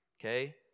okay